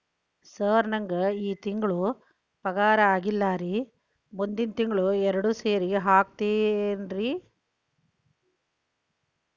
sir ನಂಗ ಈ ತಿಂಗಳು ಪಗಾರ ಆಗಿಲ್ಲಾರಿ ಮುಂದಿನ ತಿಂಗಳು ಎರಡು ಸೇರಿ ಹಾಕತೇನ್ರಿ